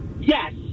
Yes